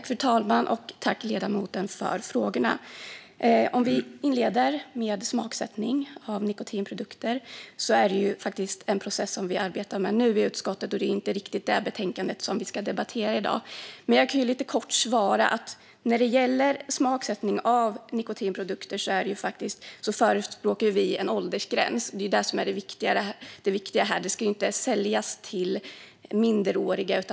Fru talman! Jag tackar ledamoten för frågorna. Utskottet arbetar nu med frågan om smaksättning av nikotinprodukter, men det är inte det vi debatterar i dag. Jag kan dock svara lite kort att vi förespråkar en åldersgräns. Det viktiga är att dessa produkter inte säljs till minderåriga.